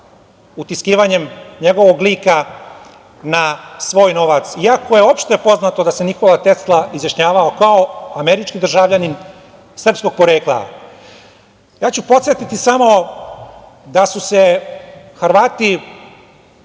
utiskivanjem njegovog lika na svoj novac, i ako je opšte poznato da se Nikola Tesla izjašnjavao kao američki državljanin srpskog porekla. Podsetiću samo, da su se Hrvati